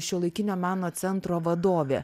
šiuolaikinio meno centro vadove